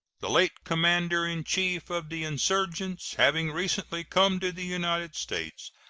the late commander in chief of the insurgents, having recently come to the united states,